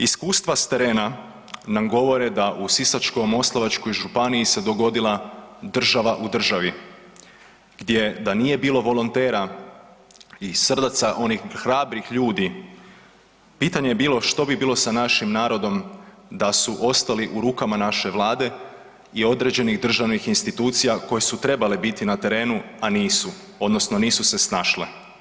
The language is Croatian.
Iskustva sa terena nam govore da u Sisačko-moslavačkoj županiji se dogodila država u državi, gdje da nije bilo volontera i srdaca onih hrabrih ljudi pitanje bi bilo što bi bilo sa našim narodom da su ostali u rukama naše Vlade i određenih državnih institucija koje su trebale biti na terenu a nisu, odnosno nisu se snašle.